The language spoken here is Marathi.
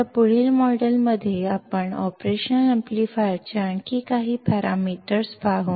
आता पुढील मॉड्यूलमध्ये आम्ही ऑपरेशनल एम्पलीफायरचे आणखी काही पॅरामीटर्स पाहू